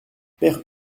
père